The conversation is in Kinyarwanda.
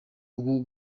ubu